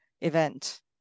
event